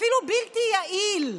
אפילו בלתי יעיל,